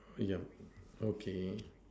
yup okay